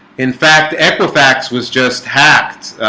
in fact equifax was just hacked